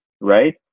Right